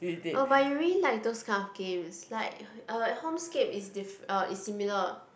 oh but you really like those kind of games like uh Homescapes is dif~ is similar